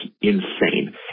insane